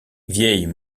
vieille